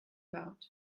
about